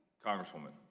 congresswoman,